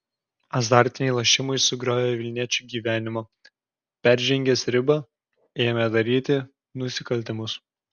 azartiniai lošimai sugriovė vilniečio gyvenimą peržengęs ribą ėmė daryti nusikaltimus